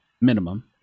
minimum